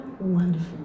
wonderful